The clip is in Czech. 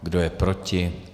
Kdo je proti?